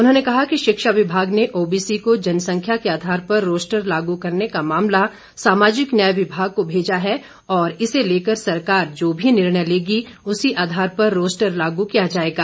उन्होंने कहा कि शिक्षा विभाग ने ओबीसी को जनसंख्या के आधार पर रोस्टर लागू करने का मामला सामाजिक न्याय विभाग को भेजा है और इसे लेकर सरकार जो भी निर्णय लेगी उसी आधार पर रोस्टर लागू किया जाएगा